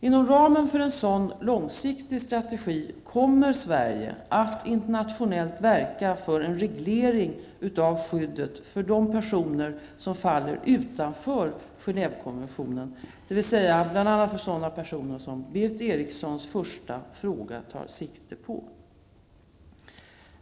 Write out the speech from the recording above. Inom ramen för en sådan långsiktig strategi kommer Sverige att internationellt verka för en reglering av skyddet för de personer som faller utanför Genèvekonventionen, dvs. för bl.a. sådana personer som Berith Erikssons första fråga tar sikte på.